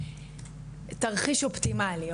תרחיש אופטימלי,